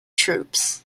troops